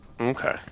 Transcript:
okay